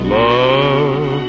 love